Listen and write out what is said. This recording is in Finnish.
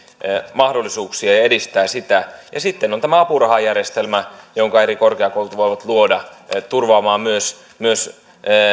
mahdollisuuksia ja edistää sitä ja sitten on tämä apurahajärjestelmä jonka eri korkeakoulut voivat luoda turvaamaan myös myös